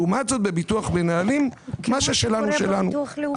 לעומת זאת, בביטוח מנהלים מה ששלנו, שלנו.